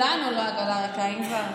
כולנו לא עגלה ריקה, אם כבר.